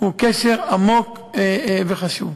הוא קשר עמוק וחשוב.